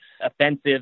offensive